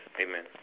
Amen